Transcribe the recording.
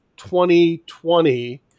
2020